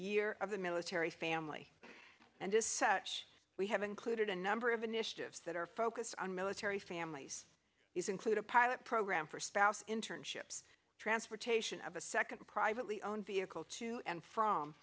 year of the military family and as such we have included a number of initiatives that are focused on military families these include a pilot program for spouse internships transportation of a second privately owned vehicle to and from